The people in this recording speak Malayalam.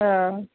അഹ്